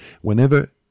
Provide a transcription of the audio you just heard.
Whenever